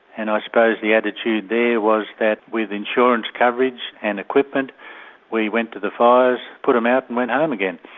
and i suppose the attitude there was that with insurance coverage and equipment we went to the fires, put them out and went home um again.